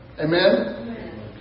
Amen